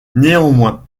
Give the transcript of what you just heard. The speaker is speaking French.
néanmoins